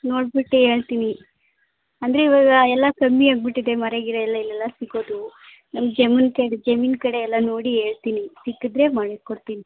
ನೋಡ್ಬಿಟ್ಟು ಹೇಳ್ತೀನಿ ಅಂದರೆ ಇವಾಗ ಎಲ್ಲ ಕಮ್ಮಿಯಾಗ್ಬಿಟ್ಟಿದೆ ಮರ ಗಿರ ಇಲ್ಲೆಲ್ಲ ಸಿಗೋದು ನಮ್ಮ ಜಮೀನ್ ಕಡೆ ಜಮೀನು ಕಡೆ ಎಲ್ಲ ನೋಡಿ ಹೇಳ್ತೀನಿ ಸಿಕ್ಕಿದ್ರೆ ಮಾಡ್ಬಿಟ್ಟು ಕೊಡ್ತೀನಿ